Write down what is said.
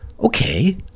okay